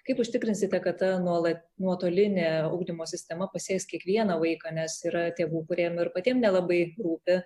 kaip užtikrinsite kad ta nuolat nuotolinė ugdymo sistema pasieks kiekvieną vaiką nes yra tėvų kuriem ir patiem nelabai rūpi